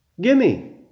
gimme